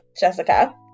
Jessica